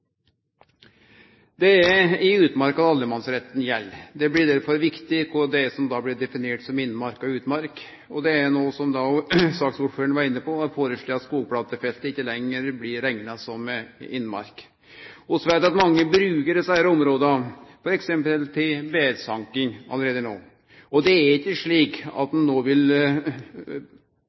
Det er i utmarka allemannsretten gjeld. Det blir derfor viktig kva som blir definert som innmark og utmark. Det er no foreslått – som òg saksordføraren var inne på – at skogplantefelt ikkje lenger blir rekna som innmark. Vi veit at mange brukar desse områda, f.eks. til bærsanking, allereie no, og det er ikkje slik at plantefelta vil